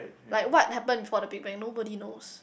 like what happened for the Big Bang nobody knows